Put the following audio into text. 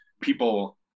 people